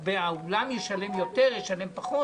אז האולם ישלם יותר, ישלם פחות.